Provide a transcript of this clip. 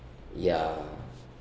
ya